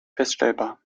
feststellbar